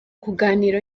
kuganira